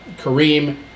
Kareem